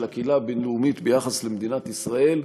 הקהילה הבין-לאומית ביחס למדינת ישראל,